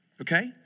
okay